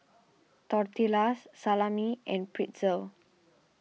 Tortillas Salami and Pretzel